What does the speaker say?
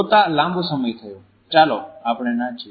જોતા લાંબો સમય થયો ચાલો આપણે નાચીએ